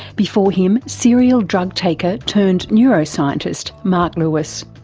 before him, serial drug taker turned neuroscientist marc lewis.